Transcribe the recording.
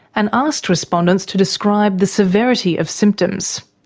and asked respondents to describe the severity of symptoms.